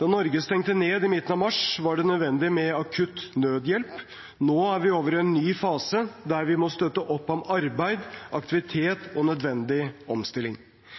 Da Norge stengte ned i midten av mars, var det nødvendig med akutt nødhjelp. Nå er vi over i en ny fase, der vi må støtte opp om arbeid, aktivitet og nødvendig omstilling.